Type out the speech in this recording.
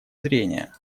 зрения